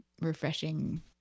refreshing